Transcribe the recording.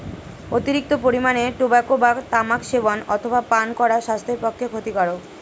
অতিরিক্ত পরিমাণে টোবাকো বা তামাক সেবন অথবা পান করা স্বাস্থ্যের পক্ষে ক্ষতিকারক